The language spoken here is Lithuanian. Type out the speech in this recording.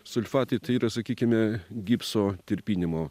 sulfatai tai yra sakykime gipso tirpinimo